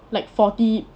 like forty